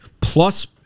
plus